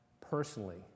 personally